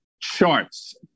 charts